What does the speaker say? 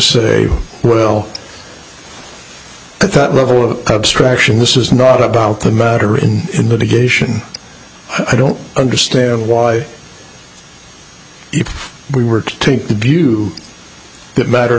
say well at that level of abstraction this is not about the matter in indication i don't understand why if we were to take the view that matter